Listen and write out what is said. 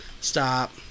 Stop